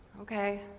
Okay